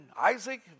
Isaac